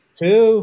two